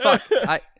fuck